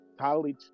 college